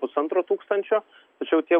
pusantro tūkstančio tačiau tie